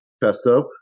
pesto